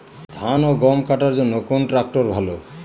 ধান ও গম কাটার জন্য কোন ট্র্যাক্টর ভালো?